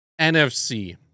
NFC